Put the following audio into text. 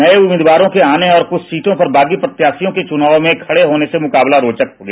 नये उम्मीदवारों के आने और कुछ सीटों पर बागी प्रत्याशियों के चुनाव में खडे होने से मुकाबला रोचक हो गया